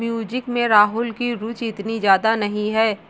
music में राहुल की रुचि इतनी ज्यादा नहीं है